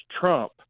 trump